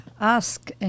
Ask